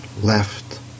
left